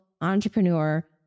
entrepreneur